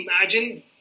imagine